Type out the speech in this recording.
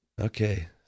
Okay